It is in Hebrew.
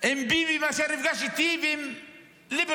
ביבי יותר מאשר נפגש איתי ועם ליברמן.